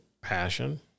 passion